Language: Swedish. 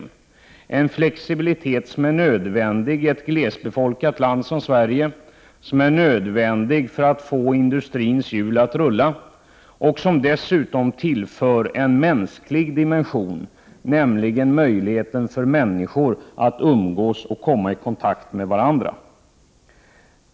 En sådan flexibilitet är nödvändig i ett glesbefolkat land som Sverige och nödvändig för att få industrins hjul att rulla. Dessutom tillför bilen en mänsklig dimension, nämligen möjligheten för människor att umgås och komma i kontakt med varandra.